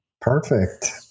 Perfect